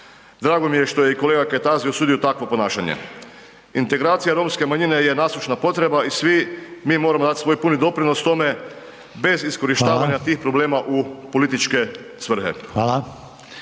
Drago mi je što je i kolega Kajtazi osudio takvo ponašanje. Integracija romske manjine je nasušna potreba i svi mi moramo dat svoj puni doprinos tome bez iskorištavanja …/Upadica: Hvala/…tih problema u političke svrhe.